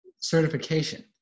certification